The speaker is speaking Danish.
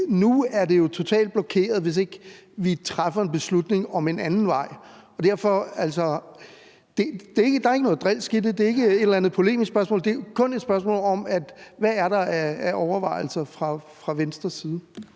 nu er det jo totalt blokeret, hvis ikke vi træffer en beslutning om en anden vej. Det er derfor, jeg spørger – og altså, der er ikke noget drilsk i det, det er ikke et eller andet polemisk spørgsmål, det er kun et spørgsmål om, hvad der er af overvejelser fra Venstres side.